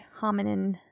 hominin